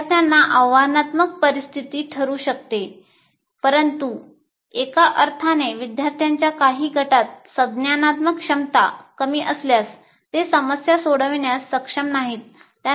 विद्यार्थी आव्हानात्मक परिस्थिती निर्माण करू शकतात परंतु एका अर्थाने विद्यार्थ्यांच्या काही गटात संज्ञानात्मक क्षमता कमी असल्यास ते समस्या सोडविण्यास सक्षम नसतात